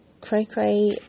cray-cray